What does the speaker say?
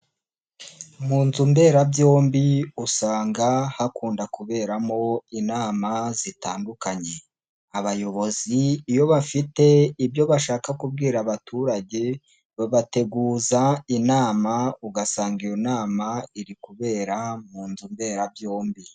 Mu nzu mberabyombi usanga hakunda kuberamo inama zitandukanye, abayobozi iyo bafite ibyo bashaka kubwira abaturage babateguza inama ugasanga iyo nama iri kubera mu nzu mberabyombi.